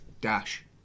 dash